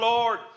Lord